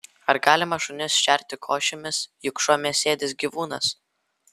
ar galima šunis šerti košėmis juk šuo mėsėdis gyvūnas